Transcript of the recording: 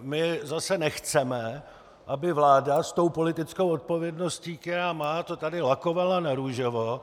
My zase nechceme, aby vláda s tou politickou odpovědností, kterou má, to tady lakovala na růžovo.